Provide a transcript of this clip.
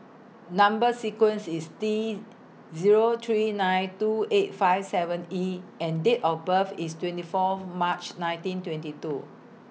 Number sequence IS T Zero three nine two eight five seven E and Date of birth IS twenty four March nineteen twenty two